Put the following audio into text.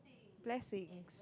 blessings